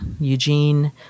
Eugene